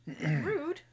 Rude